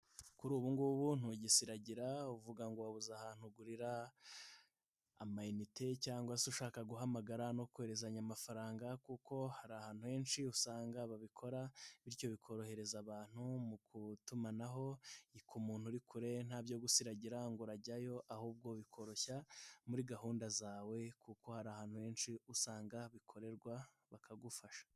Kuri ubu ngubu ntugisiragira uvuga ngo wabuze ahantu ugurira amayinite cyangwa se ushaka guhamagara no kohererezanya amafaranga, kuko hari ahantu henshi usanga babikora, bityo bikorohereza abantu mu kutumanaho ku muntu uri kure ntabyo gusiragira ngo urajyayo, ahubwo bikoroshya muri gahunda zawe kuko hari ahantu henshi usanga bikorerwa bakagufasha.